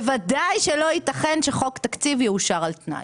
ובוודאי שלא ייתכן שחוק תקציב יאושר על תנאי.